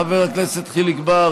חבר הכנסת חיליק בר,